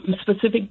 specific